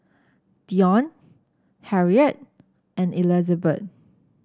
Dionte Harriet and Elizabet